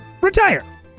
Retire